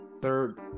Third